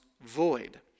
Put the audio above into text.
void